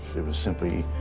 it was simply,